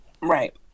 right